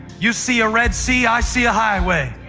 you see a red sea i see a highway.